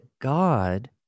God